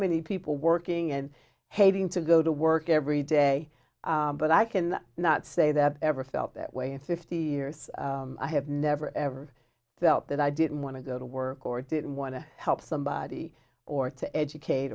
many people working and having to go to work every day but i can not say that ever felt that way in fifty years i have never ever felt that i didn't want to go to work or didn't want to help somebody or to educate